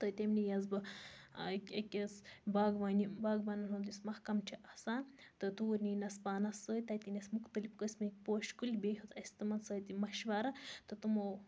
تہٕ تٔمۍ نِیَس بہٕ اَکہ أکِس باغبٲنی باغبانَن ہُنٛد یُس مَحکَم چھُ آسان تہٕ توٗرۍ نیٖنَس پانَس سۭتۍ تَتہِ أنِس مُختلِف قٕسمٕکۍ پوشہِ کُلۍ بیٚیہِ ہیٚژ اَسہِ تِمَن سۭتۍ مَشوَرٕ تہٕ تمو